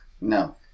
No